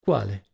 quale